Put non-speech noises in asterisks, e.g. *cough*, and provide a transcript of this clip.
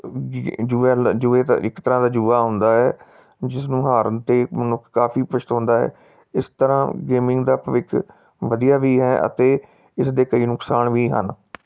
*unintelligible* ਇੱਕ ਤਰ੍ਹਾਂ ਦਾ ਜੂਆ ਹੁੰਦਾ ਹੈ ਜਿਸ ਨੂੰ ਹਾਰਨ 'ਤੇ ਮਨੁੱਖ ਕਾਫੀ ਪਛਤਾਉਂਦਾ ਹੈ ਇਸ ਤਰ੍ਹਾਂ ਗੇਮਿੰਗ ਦਾ ਭਵਿੱਖ ਵਧੀਆ ਵੀ ਹੈ ਅਤੇ ਇਸ ਦੇ ਕਈ ਨੁਕਸਾਨ ਵੀ ਹਨ